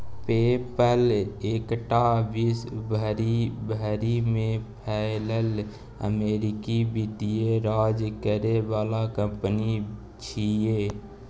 पे पल एकटा विश्व भरि में फैलल अमेरिकी वित्तीय काज करे बला कंपनी छिये